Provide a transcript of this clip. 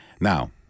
now